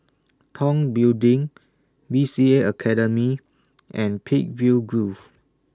Tong Building B C A Academy and Peakville Grove